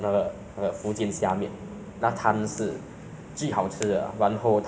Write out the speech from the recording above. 独特就那一间而已 lah 所以那摊已经不再了所以